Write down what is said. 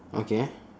okay